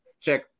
check